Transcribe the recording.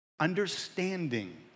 understanding